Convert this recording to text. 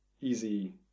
easy